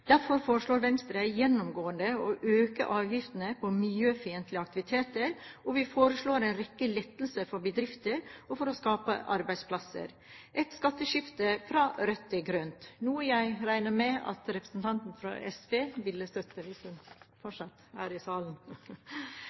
Derfor foreslår Venstre gjennomgående å øke avgiftene på miljøfiendtlige aktiviteter, og vi foreslår en rekke lettelser for bedrifter og for å skape arbeidsplasser – et skatteskifte fra rødt til grønt, noe jeg regner med at representanten fra SV ville støtte – hvis hun fortsatt er i salen.